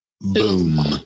Boom